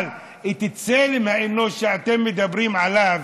אבל צלם האנוש שאתם מדברים עליו,